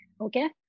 Okay